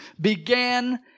began